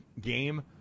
game